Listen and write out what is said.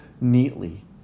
neatly